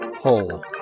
hole